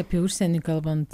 apie užsienį kalbant